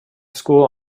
school